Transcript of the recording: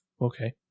okay